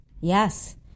Yes